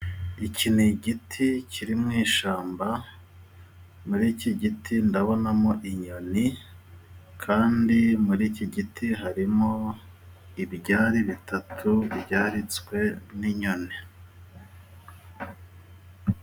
Iki ni igiti kiri mu ishyamba muri iki giti ndabonamo inyoni kandi muri iki giti harimo ibyari bitatu byaritswe n'inyoni.